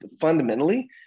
fundamentally